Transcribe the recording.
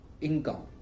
income